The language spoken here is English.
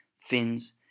fins